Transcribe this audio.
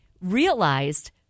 realized